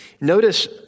Notice